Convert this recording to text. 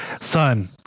Son